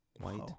white